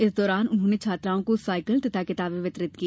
इस दौरान उन्होंने छात्राओं को साईकिल तथा किताबें वितरित की